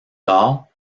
tard